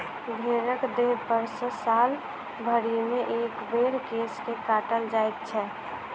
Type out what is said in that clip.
भेंड़क देहपर सॅ साल भरिमे एक बेर केश के काटल जाइत छै